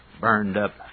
burned-up